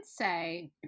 say